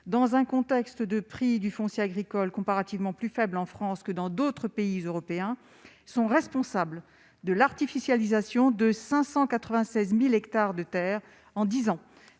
dans un contexte de prix du foncier agricole comparativement plus faible en France que dans d'autres pays européens, sont responsables de l'artificialisation de 596 000 hectares de terres en dix ans.